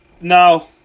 No